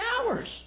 hours